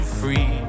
free